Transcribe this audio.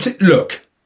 look